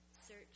search